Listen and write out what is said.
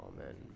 Amen